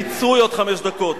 פיצוי עוד חמש דקות.